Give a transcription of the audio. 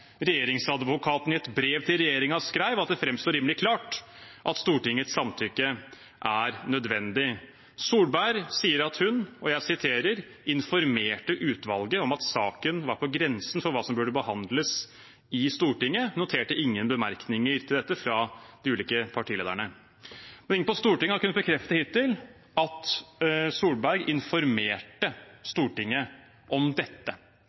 Regjeringsadvokaten i et brev til regjeringen skrev at det «fremstår rimelig klart at Stortingets samtykke er nødvendig». Solberg sier at hun «informerte utvalget om at saken var på grensen for hva som burde behandles i Stortinget. Jeg noterte ikke bemerkninger til dette fra de parlamentariske lederne.» Ingen på Stortinget har kunnet bekrefte hittil at Solberg informerte Stortinget om dette.